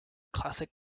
classic